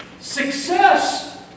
Success